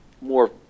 more